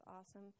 awesome